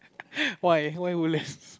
why why woodlands